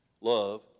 Love